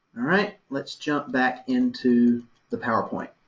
all right, let's jump back into the power point.